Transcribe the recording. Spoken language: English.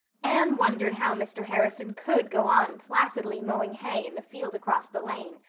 anne wondered how mr. harrison could go on placidly mowing hay in the field across the lane,